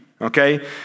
okay